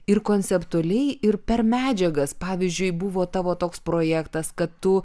ir konceptualiai ir per medžiagas pavyzdžiui buvo tavo toks projektas kad tu